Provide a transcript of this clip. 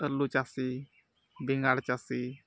ᱟᱹᱞᱩ ᱪᱟᱹᱥᱤ ᱵᱮᱸᱜᱟᱲ ᱪᱟᱹᱥᱤ